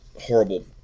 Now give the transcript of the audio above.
Horrible